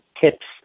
tips